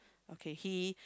okay he